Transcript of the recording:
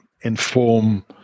inform